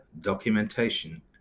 documentation